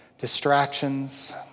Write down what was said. distractions